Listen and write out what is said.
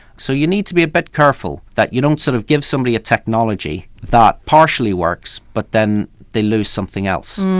so you need to be a bit careful that you don't sort of give somebody a technology that partially works but then they lose something else.